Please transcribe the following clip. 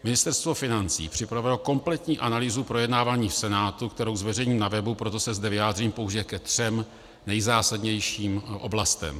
Ministerstvo financí připravilo kompletní analýzu projednávání v Senátu, kterou zveřejním na webu, proto se zde vyjádřím pouze ke třem nejzásadnějším oblastem.